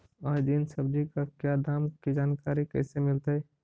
आज दीन सब्जी का क्या दाम की जानकारी कैसे मीलतय?